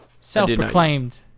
Self-proclaimed